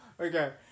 Okay